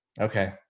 Okay